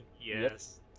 Yes